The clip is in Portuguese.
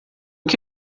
que